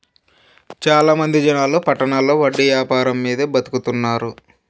చాలా మంది జనాలు పట్టణాల్లో వడ్డీ యాపారం మీదే బతుకుతున్నారు